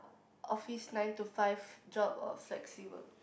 office nine to five job or flexi work